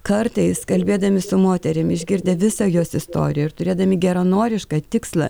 kartais kalbėdami su moterim išgirdę visą jos istoriją ir turėdami geranorišką tikslą